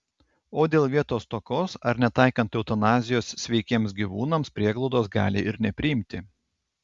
o dėl vietos stokos ar netaikant eutanazijos sveikiems gyvūnams prieglaudos gali ir nepriimti